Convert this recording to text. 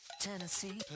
Tennessee